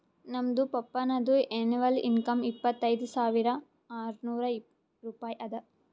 ನಮ್ದು ಪಪ್ಪಾನದು annual income ಇಪ್ಪತೈದ್ ಸಾವಿರಾ ಆರ್ನೂರ್ ರೂಪಾಯಿ ಅದಾ